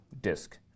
disk